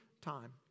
time